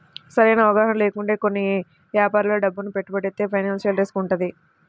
సరైన అవగాహన లేకుండా కొన్ని యాపారాల్లో డబ్బును పెట్టుబడితో ఫైనాన్షియల్ రిస్క్ వుంటది